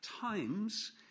times